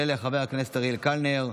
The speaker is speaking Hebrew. של חבר הכנסת אריאל קלנר.